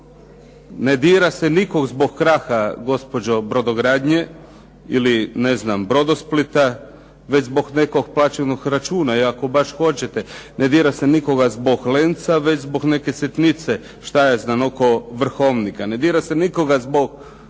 Ne dira se nikog zbog kraha, gospođo, "Brodogradnje" ili ne znam "Brodosplita" već zbog nekog plaćenog računa i ako baš hoćete ne dira se nikoga zbog "Lenca" već zbog neke sitnice, šta ja znam, oko Vrhovnika. Ne dira se nikoga zbog